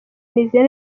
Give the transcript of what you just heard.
nizeye